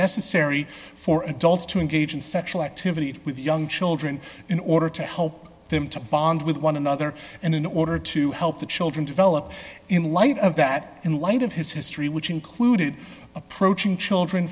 necessary for adults to engage in sexual activity with young children in order to help them to bond with one another and in order to help the children develop in light of that in light of his history which included approaching children